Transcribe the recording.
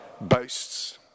boasts